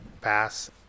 pass